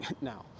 now